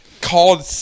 called